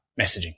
messaging